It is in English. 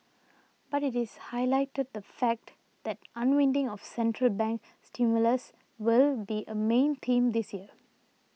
but it highlighted the fact that unwinding of central bank stimulus will be a main theme this year